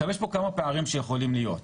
עכשיו, יש פה כמה פערים שיכולים להיות.